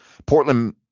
Portland